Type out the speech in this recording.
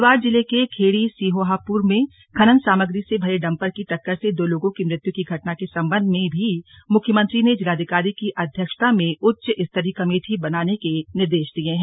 हरिद्वार जिले के खेड़ी सिहोहपुर में खनन सामग्री से भरे डम्पर की टक्कर से दो लोगों की मृत्यु की घटना के सबंध में भी मुख्यमंत्री ने जिलाधिकारी की अध्यक्षता में उच्च स्तरीय कमेटी बनाने के निर्देश दिये हैं